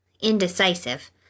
indecisive